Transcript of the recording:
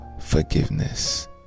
forgiveness